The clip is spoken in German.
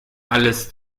alles